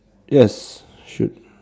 yes should